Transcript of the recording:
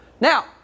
Now